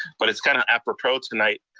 but it's kind of apropos tonight.